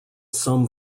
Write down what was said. some